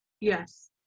Yes